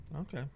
Okay